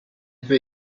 peut